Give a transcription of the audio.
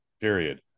period